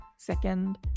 Second